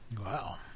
Wow